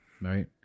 right